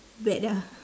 bat ah